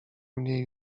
mnie